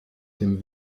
dem